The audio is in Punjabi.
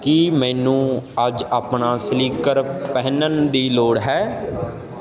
ਕੀ ਮੈਨੂੰ ਅੱਜ ਆਪਣਾ ਸਲੀਕਰ ਪਹਿਨਣ ਦੀ ਲੋੜ ਹੈ